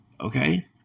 Okay